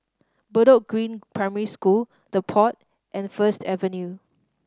Bedok Green Primary School The Pod and First Avenue